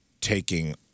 taking